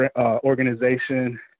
organization –